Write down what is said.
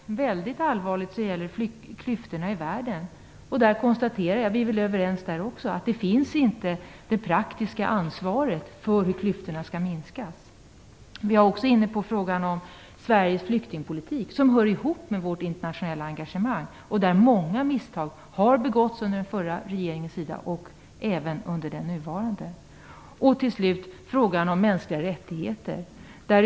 Väldigt allvarligt är detta med klyftorna i världen. Där konstaterar jag - vi är väl överens där också - att det inte finns något praktiskt ansvar för hur klyftorna skall minskas. Vi var också inne på frågan om Sveriges flyktingpolitik. Den hör ihop med vårt internationella engagemang. Många misstag har begåtts där från den förra regeringens sida, men också från den nuvarande regeringens sida. Sedan gäller det frågan om mänskliga rättigheter.